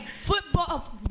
football